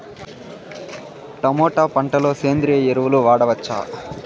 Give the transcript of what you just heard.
Tomato పంట లో సేంద్రియ ఎరువులు వాడవచ్చా?